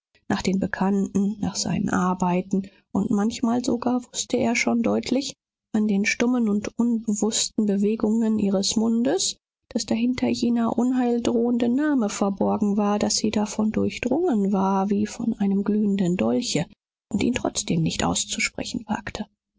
nach den bekannten nach seinen arbeiten und manchmal sogar wußte er schon deutlich an den stummen und unbewußten bewegungen ihres mundes daß dahinter jener unheildrohende name verborgen war daß sie davon durchdrungen war wie von einem glühenden dolche und ihn trotzdem nicht auszusprechen wagte